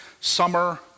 summer